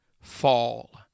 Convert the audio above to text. fall